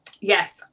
Yes